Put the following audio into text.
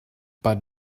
but